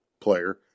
player